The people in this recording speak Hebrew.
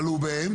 אבל הוא בהתחלה.